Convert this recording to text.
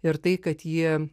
ir tai kad ji